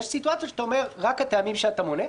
יש סיטואציות שאומרים: רק הטעמים שמונים,